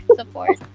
Support